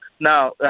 Now